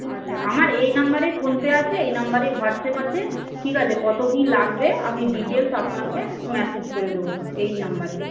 আচ্ছা আমার এই নাম্বারেই ফোন পে আছে এই নাম্বারে হোয়াটসঅ্যাপ আছে ঠিক আছে কত কী লাগবে আমি ডিটেলস আপনাকে মেসেজ করে দেবো এই নাম্বারে